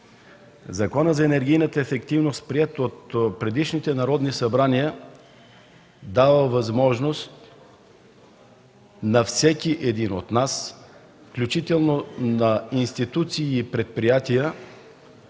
Законът за енергийната ефективност, приет от предишните народни събрания, дава възможност на всеки един от нас, включително на институции и предприятия,